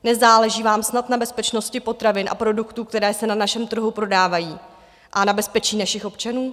Nezáleží vám snad na bezpečnosti potravin a produktů, které se na našem trhu prodávají, a na bezpečí našich občanů?